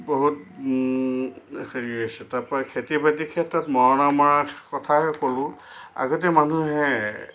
বহুত হেৰি হৈছে তাপা খেতি বাতি ক্ষেত্ৰত মৰণা মৰা কথাই ক'লোঁ আগতে মানুহে